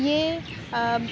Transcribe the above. یہ